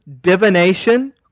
divination